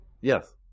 Yes